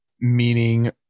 meaning